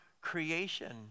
creation